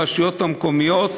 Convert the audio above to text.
הרשויות המקומיות,